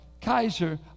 Kaiser